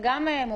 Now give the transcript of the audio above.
זה גם מוגזם.